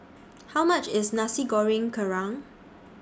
How much IS Nasi Goreng Kerang